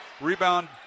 Rebound